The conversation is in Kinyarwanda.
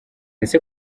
ese